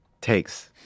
Takes